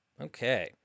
Okay